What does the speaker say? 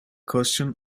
question